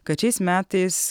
kad šiais metais